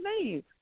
name